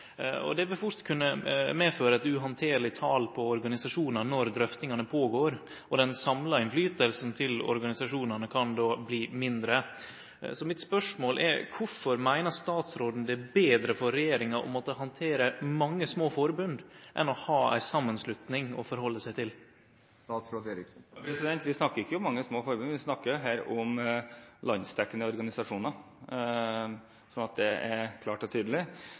Det vil fort kunne medføre eit uhandterleg tal på organisasjonar når drøftingane går føre seg, og den samla innflytelsen til organisasjonane kan då bli mindre. Mitt spørsmål er: Kvifor meiner statsråden det er betre for regjeringa å måtte handtere mange forbund enn å ha ei samanslutning å halde seg til? Vi snakker ikke om mange små forbund, vi snakker her om landsdekkende organisasjoner, bare så det er klart og